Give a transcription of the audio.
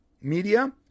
media